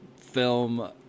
film